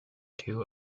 two